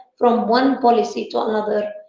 from one policy to another.